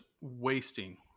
wasting